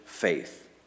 faith